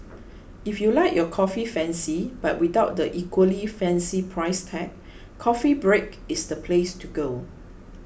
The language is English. if you like your coffee fancy but without the equally fancy price tag Coffee Break is the place to go